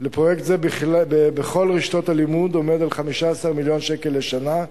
זה בכל רשתות הלימוד עומד על 15 מיליון שקלים לשנה,